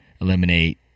eliminate